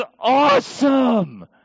awesome